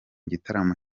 gitaramo